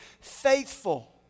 faithful